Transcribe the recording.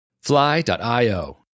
fly.io